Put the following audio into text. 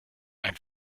ein